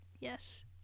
Yes